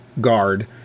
guard